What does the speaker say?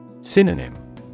Synonym